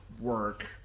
Work